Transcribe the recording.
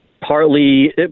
partly